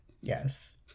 yes